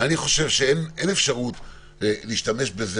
- אני חושב שאין אפשרות להשתמש בזה